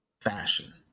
fashion